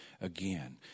again